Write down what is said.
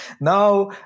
now